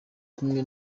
kumwe